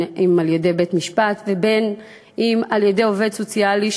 אם על-ידי בית-משפט ואם על-ידי עובד סוציאלי,